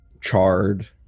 charred